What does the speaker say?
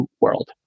world